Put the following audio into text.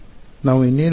ನಾವು ಇನ್ನೇನು ಮಾಡಿದ್ದೇವೆ